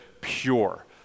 pure